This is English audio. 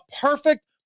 perfect